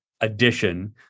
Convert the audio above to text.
addition